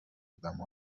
بودم